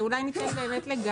אולי ניתן לגראזי,